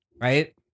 right